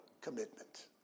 commitment